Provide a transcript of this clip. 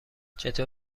چطور